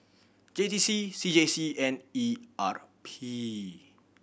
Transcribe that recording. J T C C J C and E R P